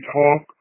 talk